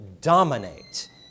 dominate